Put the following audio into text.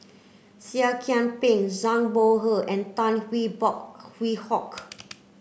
Seah Kian Peng Zhang Bohe and Tan Hwee Hock